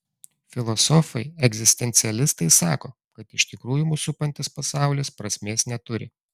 filosofai egzistencialistai sako kad iš tikrųjų mus supantis pasaulis prasmės neturi